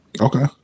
Okay